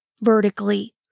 vertically